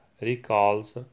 recalls